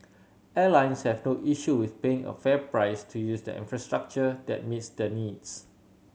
airlines have no issue with paying a fair price to use the infrastructure that meets their needs